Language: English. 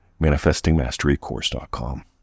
manifestingmasterycourse.com